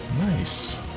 Nice